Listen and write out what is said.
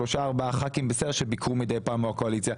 שלושה-ארבעה ח"כים שביקרו מדי פעם מהקואליציה.